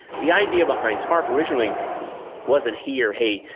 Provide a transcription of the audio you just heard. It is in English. the idea behind tarp originally wasn't here, hey,